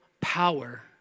power